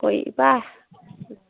কৰিবা